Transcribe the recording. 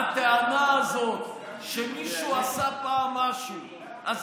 הטענה הזאת שמישהו עשה פעם משהו אז